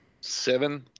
Seven